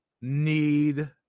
need